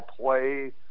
play